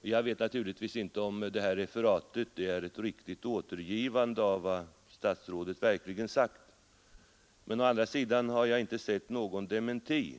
Jag vet naturligtvis inte om det här referatet är ett riktigt återgivande av vad statsrådet verkligen sagt — men å andra sidan har jag inte sett någon dementi.